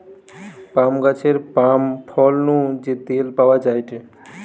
পাম গাছের পাম ফল নু যে তেল পাওয়া যায়টে